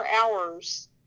hours